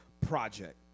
project